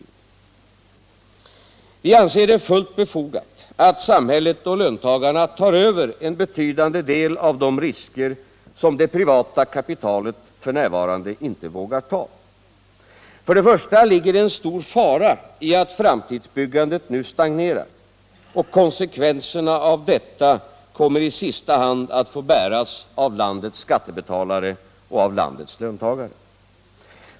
Vi anser det fullt befogat att samhället och löntagarna övertar en betydande del av de risker som det privata kapitalet f. n. inte vågar ta. För det första ligger det en stor fara i att framtidsbyggandet nu stagnerar, och konsekvenserna kommer då i sista hand att få bäras av landets skattebetalare och av löntagarna.